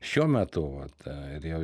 šiuo metu vat ir jau